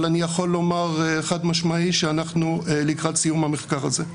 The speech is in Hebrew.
אני יכול לומר חד משמעית שאנחנו לקראת סיום המחקר הזה.